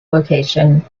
location